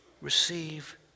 receive